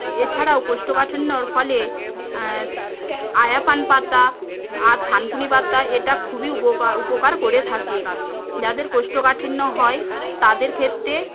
এছাড়াও কোষ্ঠকাঠিন্যর ফলে আয়াপান পাতা থানকুনি পাতা এটা খুবই উপকার করে থাকে যাদের কোষ্ঠকাঠিন্য হয় তাদের ক্ষেত্রে